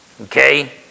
Okay